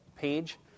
page